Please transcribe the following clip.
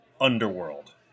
Underworld